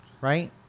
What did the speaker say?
Right